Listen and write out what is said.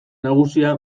nagusia